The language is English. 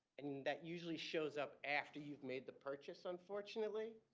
and that usually shows up after you've made the purchase unfortunately.